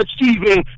achieving